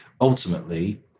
ultimately